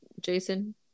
Jason